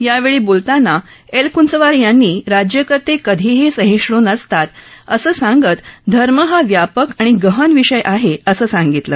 यावेळी बोलतांना एलकृंचवार यांनी राज्यकर्ते कधीही सहिष्णू नसतात असं सांगत धर्म हा व्यापक आणि गहन विषय आहे असं सांगितलं